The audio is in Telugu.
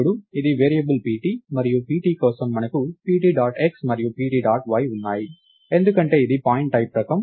ఇప్పుడు ఇది వేరియబుల్ pt మరియు pt కోసం మనకు pt డాట్ x మరియు pt డాట్ y ఉన్నాయి ఎందుకంటే ఇది పాయింట్ టైప్ రకం